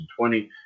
2020